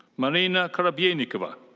marina korobeynikova.